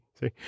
see